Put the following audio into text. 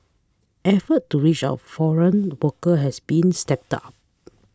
effort to reach out foreign worker has been stepped up